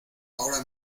ahora